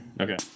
Okay